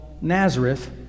Nazareth